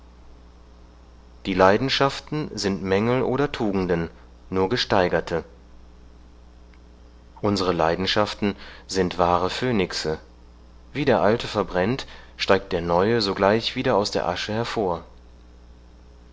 die leidenschaften sind mängel oder tugenden nur gesteigerte unsre leidenschaften sind wahre phönixe wie der alte verbrennt steigt der neue sogleich wieder aus der asche hervor